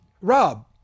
Rob